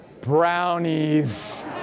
Brownies